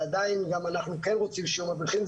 ועדיין גם אנחנו כן רוצים שיהיו מדריכים,